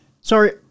sorry